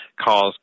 cause